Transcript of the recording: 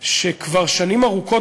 שכבר שנים ארוכות,